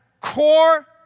core